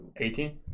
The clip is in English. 18